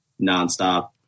nonstop